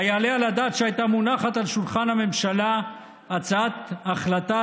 היעלה על הדעת שהייתה מונחת על שולחן הממשלה הצעת החלטה